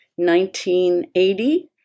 1980